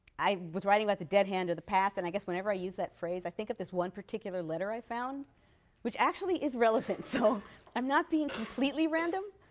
i was writing about the dead hand of the past, and i guess whenever i use that phrase, i think of this one particular letter i found which actually is relevant, so i'm not being completely random.